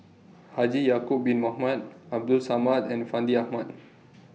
Haji Ya'Acob Bin Mohamed Abdul Samad and Fandi Ahmad